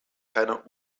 keiner